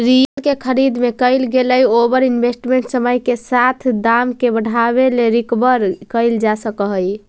real के खरीद में कईल गेलई ओवर इन्वेस्टमेंट समय के साथ दाम के बढ़ावे से रिकवर कईल जा सकऽ हई